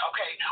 Okay